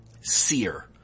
seer